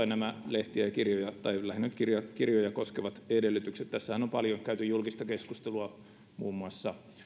nämä lehtiä ja kirjoja tai lähinnä nyt kirjoja kirjoja koskevat edellytykset tässähän on paljon käyty julkista keskustelua muun muassa